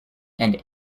and